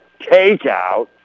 takeout